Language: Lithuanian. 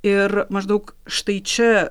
ir maždaug štai čia